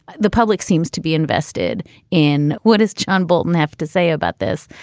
the public seems to be invested in what is john bolton have to say about this?